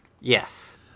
Yes